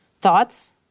Thoughts